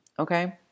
okay